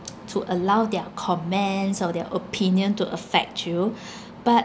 to allow their comments or their opinion to affect you but